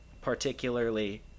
particularly